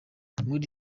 muri